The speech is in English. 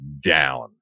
down